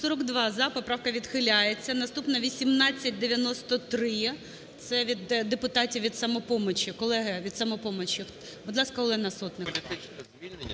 За-42 Поправка відхиляється. Наступна – 1893, це від депутатів від "Самопомочі". Колеги, від "Самопомочі", будь ласка, Олена Сотник.